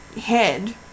head